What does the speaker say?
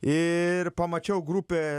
ir pamačiau grupę